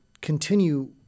continue